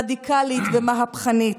רדיקלית ומהפכנית,